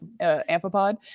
amphipod